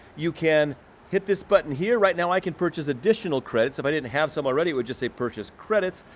you can hit this button here. right now i can purchase additional credits if i didn't have some already i would just say purchase credits.